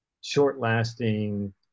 short-lasting